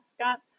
Scott